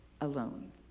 alone